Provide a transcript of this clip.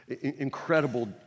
Incredible